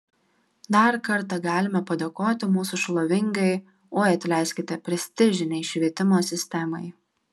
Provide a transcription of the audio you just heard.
dar kartą galime padėkoti mūsų šlovingai oi atleiskite prestižinei švietimo sistemai